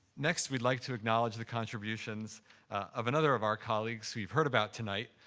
next, we'd like to acknowledge the contributions of another of our colleagues we've heard about tonight,